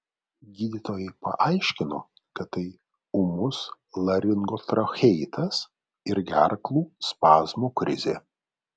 gydytojai paaiškino kad tai ūmus laringotracheitas ir gerklų spazmų krizė